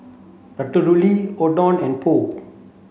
Ratatouille Oden and Pho